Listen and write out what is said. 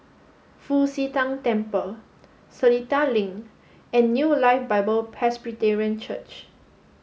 Fu Xi Tang Temple Seletar Link and New Life Bible Presbyterian Church